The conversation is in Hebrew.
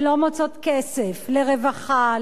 שלא מוצאת כסף לרווחה,